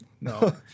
no